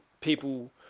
people